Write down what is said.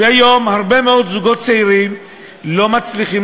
והיום הרבה מאוד זוגות צעירים לא מצליחים